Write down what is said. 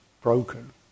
broken